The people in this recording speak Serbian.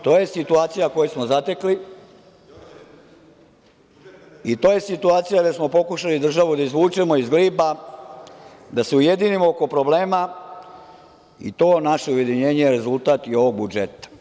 To je situacija koju smo zatekli i to je situacija gde smo pokušali državu da izvučemo iz gliba, da se ujedinimo oko problema i to naše ujedinjenje je rezultat i ovog budžeta.